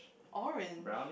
orange